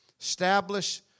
establish